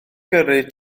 gyrru